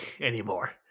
anymore